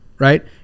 Right